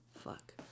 Fuck